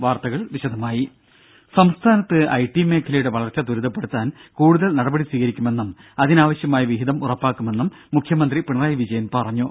വാർത്തകൾ വിശദമായി സംസ്ഥാനത്ത് ഐടി മേഖലയുടെ വളർച്ച ത്വരിതപ്പെടുത്താൻ കൂടുതൽ നടപടി സ്വീകരിക്കുമെന്നും അതിനാവശ്യമായ വിഹിതം ഉറപ്പാക്കുമെന്നും മുഖ്യമന്ത്രി പിണറായി വിജയൻ പറഞ്ഞു